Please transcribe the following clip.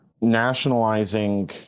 nationalizing